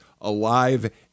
alive